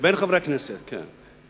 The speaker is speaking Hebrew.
בין חברי הכנסת, כן.